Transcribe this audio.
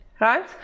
right